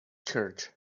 church